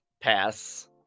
pass